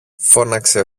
φώναξε